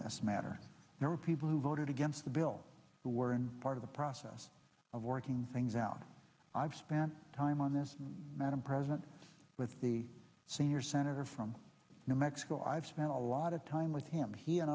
this matter there are people who voted against the bill the were in part of the process of working things out i've spent time on this madam president with the senior senator from new mexico i've spent a lot of time with him he and